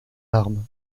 larmes